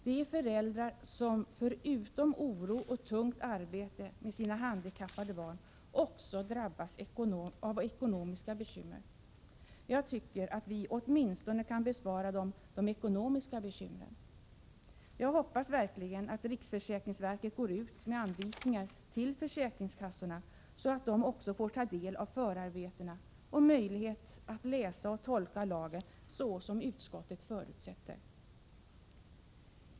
Det är föräldrar som förutom av oro och tungt arbete med sina handikappade barn också drabbas av ekonomiska bekymmer. Jag tycker att vi åtminstone kan bespara dem de ekonomiska bekymren. Jag hoppas verkligen att riksförsäkringsverket går ut med anvisningar till försäkringskassorna, så att de också får ta del av förarbetena och ges möjlighet att läsa och tolka lagen så som utskottet förutsätter.